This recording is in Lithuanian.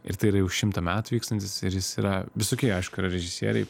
ir tai yra jau šimtą metų vykstantis ir jis yra visokie aišku yra režisieriai